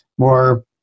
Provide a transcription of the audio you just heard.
more